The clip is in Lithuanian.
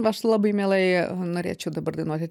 aš labai mielai norėčiau dabar dainuoti